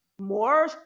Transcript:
More